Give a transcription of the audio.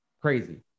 Crazy